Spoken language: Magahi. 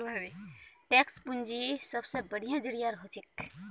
टैक्स पूंजीर सबसे बढ़िया जरिया हछेक